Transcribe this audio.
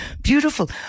Beautiful